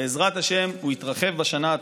חבר הכנסת